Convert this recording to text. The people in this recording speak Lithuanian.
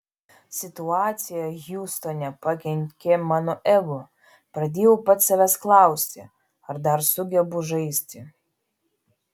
situacija hjustone pakenkė mano ego pradėjau pats savęs klausti ar dar sugebu žaisti